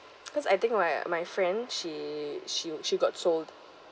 because I think my my friend she she she got sold